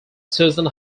susan